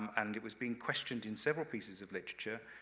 and it was being questioned in several pieces of literature,